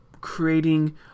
creating